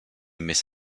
miss